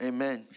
Amen